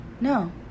No